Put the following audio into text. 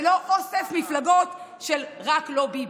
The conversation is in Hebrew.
ולא אוסף מפלגות של "רק לא ביבי".